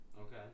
Okay